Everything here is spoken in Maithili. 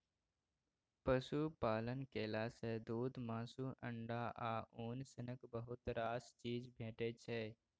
पशुपालन केला सँ दुध, मासु, अंडा आ उन सनक बहुत रास चीज भेटै छै